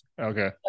Okay